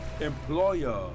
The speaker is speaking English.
employer